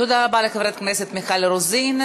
תודה רבה לחברת הכנסת מיכל רוזין.